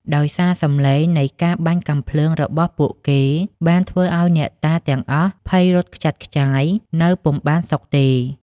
ដោយសារសំឡេងនៃការបាញ់កាំភ្លើងរបស់ពួកគេ បានធ្វើឲ្យអ្នកតាទាំងអស់ភ័យរត់ខ្ចាត់ខ្ចាយ និងនៅពុំបានសុខទេ។